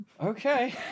Okay